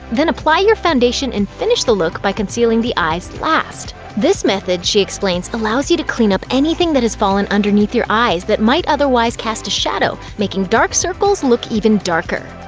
then apply your foundation and finish the look by concealing the eyes last. this method, she explains, allows you to clean up anything that has fallen underneath your eyes that might otherwise cast a shadow, making dark circles look even darker.